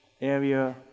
area